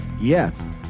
Yes